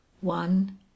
One